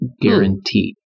guarantee